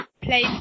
play